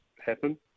happen